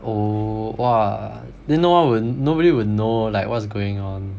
oh !wah! then no one woul~ nobody would know like what's going on